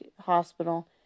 Hospital